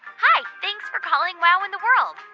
hi. thanks for calling wow in the world.